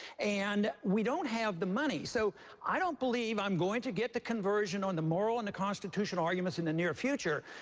and we don't have the money. so i don't believe i'm going to get the conversion on the moral and the constitutional arguments in the near future.